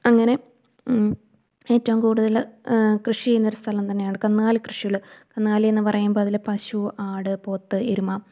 അങ്ങനെ ഏറ്റവും കൂടുതല് കൃഷി ചെയ്യുന്നൊരു സ്ഥലം തന്നെയാണ് കന്നുകാലി കൃഷികള് കന്നുകാലി എന്ന് പറയുമ്പതില് പശു ആട് പോത്ത് എരുമ